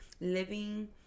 living